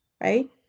right